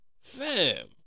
Fam